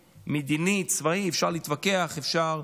מדיני, צבאי, אפשר להתווכח, אפשר